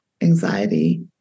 anxiety